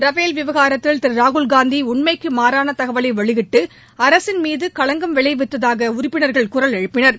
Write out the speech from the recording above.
Rafale விவகாரத்தில் திரு ராகுல்காந்தி உண்மைக்கு மாறான தகவலை வெளியிட்டு அரசின் மீது களங்கம் விளைவித்ததாக உறுப்பினர்கள் குரல் எழுப்பினர்